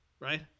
Right